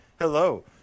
Hello